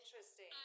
Interesting